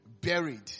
Buried